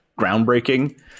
groundbreaking